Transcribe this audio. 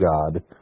God